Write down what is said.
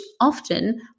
often